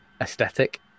aesthetic